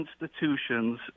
institutions